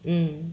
mm